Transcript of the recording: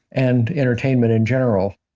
and entertainment in general